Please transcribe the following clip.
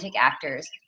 actors